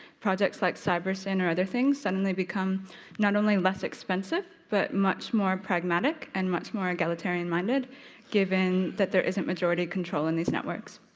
projects like cybersyn or other things suddenly become not only less expensive but much more pragmatic and much more egalitarian minded given that there isn't majority control in these networks.